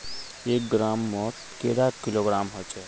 एक ग्राम मौत कैडा किलोग्राम होचे?